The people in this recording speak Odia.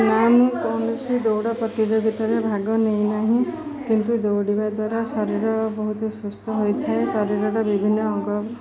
ନା ମୁଁ କୌଣସି ଦୌଡ଼ ପ୍ରତିଯୋଗିତାରେ ଭାଗ ନେଇ ନାହିଁ କିନ୍ତୁ ଦୌଡ଼ିବା ଦ୍ୱାରା ଶରୀର ବହୁତ ସୁସ୍ଥ ହୋଇଥାଏ ଶରୀରର ବିଭିନ୍ନ ଅଙ୍ଗ